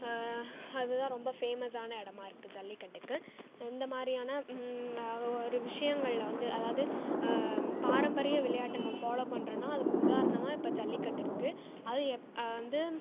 அதுதான் ரொம்ப ஃபேமஸ்சான இடமா இருக்குது ஜல்லிகட்டுக்கு இந்த மாதிரியான ஒரு விஷயங்களில் வந்து அதாவது பாரம்பரிய வெளையாட்டை நம்ப ஃபாலோ பண்ணுறோம்னா அதற்கு உதாரணமாக இப்போ ஜல்லிக்கட்டு இருக்குது அது வந்து